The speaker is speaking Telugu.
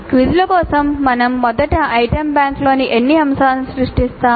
క్విజ్ల కోసం మేము మొదట ఐటెమ్ బ్యాంక్లో ఎన్ని అంశాలను సృష్టిస్తాము